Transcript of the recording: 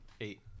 Eight